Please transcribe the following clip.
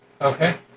Okay